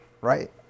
right